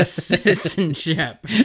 Citizenship